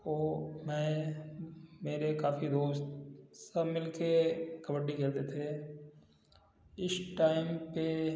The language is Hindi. ओ मैं मेरे काफ़ी दोस्त सब मिलके कबड्डी खेलते थे इस टायम पे